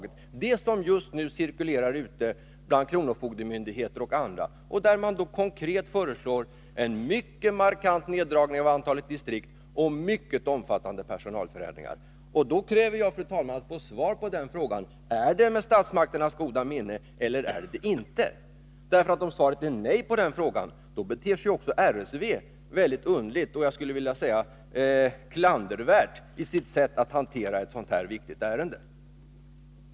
Det är samma förslag som just nu cirkulerar ute bland kronofogdemyndigheter och andra, och som konkret går ut på en mycket markant neddragning av antalet distrikt och mycket omfattande personalförändringar. Jag ställde en fråga beträffande detta, och då kräver jag, fru talman, att få svar på frågan: Är det med statsmakternas goda minne som detta sker eller är det inte det? — Om svaret är nej beter sig också RSV mycket underligt, ja klandervärt, i sitt sätt att hantera ett så viktigt ärende som detta.